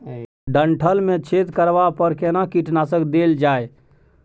डंठल मे छेद करबा पर केना कीटनासक देल जाय?